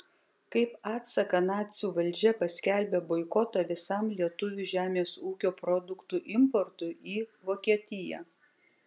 kaip atsaką nacių valdžia paskelbė boikotą visam lietuvių žemės ūkio produktų importui į vokietiją